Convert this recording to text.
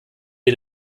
wir